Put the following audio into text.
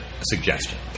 suggestion